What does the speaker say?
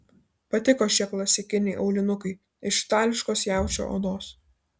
patiko šie klasikiniai aulinukai iš itališkos jaučio odos